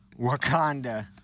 Wakanda